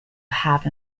have